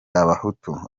abahutu